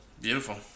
Beautiful